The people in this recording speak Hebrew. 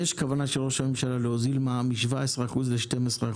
יש כוונה של ראש הממשלה להוזיל מע"מ מ-17% ל-12%,